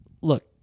look